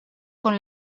con